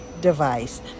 device